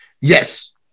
Yes